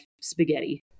spaghetti